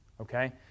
okay